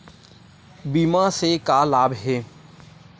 बीमा से का लाभ हे?